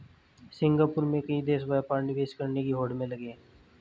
Singapore में कई देश व्यापार निवेश करने की होड़ में लगे हैं